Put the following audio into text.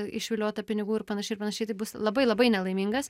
išviliota pinigų ir panašiai ir panašiai tai bus labai labai nelaimingas